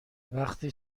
وقتی